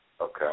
Okay